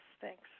Thanks